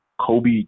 Kobe